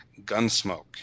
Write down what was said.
Gunsmoke